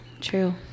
True